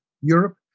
Europe